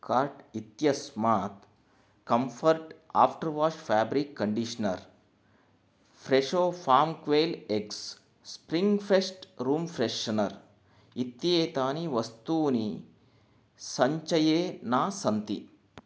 cart इत्यस्मात् Comfort after wash fabric conditioner Fresho farm quail eggs spring fest room freshener इत्येतानि वस्तूनि सञ्चये न सन्ति